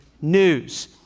news